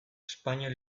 espainol